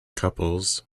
couples